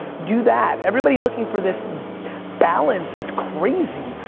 do that, everybody looking for this balance is crazy.